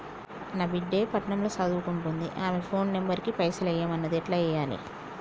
నా బిడ్డే పట్నం ల సదువుకుంటుంది ఆమె ఫోన్ నంబర్ కి పైసల్ ఎయ్యమన్నది ఎట్ల ఎయ్యాలి?